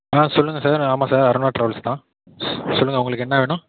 ஆ சொல்லுங்கள் சார் ஆமாம் sir Aruna travels தான் சொல்லுங்கள் உங்களுக்கு என்ன வேணும்